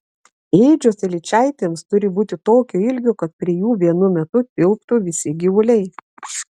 ėdžios telyčaitėms turi būti tokio ilgio kad prie jų vienu metu tilptų visi gyvuliai